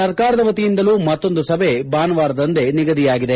ಸರ್ಕಾರದ ವತಿಯಿಂದಲೂ ಮತ್ತೊಂದು ಸಭೆ ಭಾನುವಾರದಂದೆ ನಿಗದಿಯಾಗಿದೆ